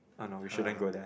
oh no we shouldn't go there